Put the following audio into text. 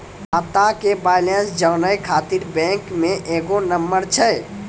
खाता के बैलेंस जानै ख़ातिर बैंक मे एगो नंबर छै?